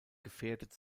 gefährdet